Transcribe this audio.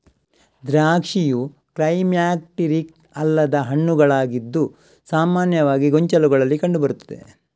ದ್ರಾಕ್ಷಿಯು ಕ್ಲೈಮ್ಯಾಕ್ಟೀರಿಕ್ ಅಲ್ಲದ ಹಣ್ಣುಗಳಾಗಿದ್ದು ಸಾಮಾನ್ಯವಾಗಿ ಗೊಂಚಲುಗಳಲ್ಲಿ ಕಂಡು ಬರುತ್ತದೆ